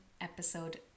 episode